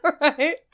Right